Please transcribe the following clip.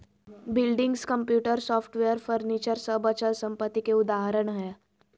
buildings, computer, software, furniture सब अचल संपत्ति के उदाहरण हय